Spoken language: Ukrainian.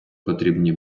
потрібні